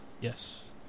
Yes